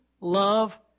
love